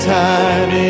time